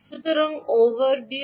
সুতরাং ওভারভিউ কি